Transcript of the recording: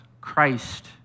Christ